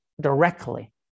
directly